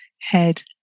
head